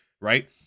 Right